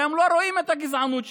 והם לא רואים את הגזענות שלהם.